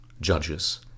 judges